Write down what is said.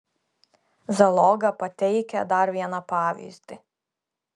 zaloga pateikia dar vieną pavyzdį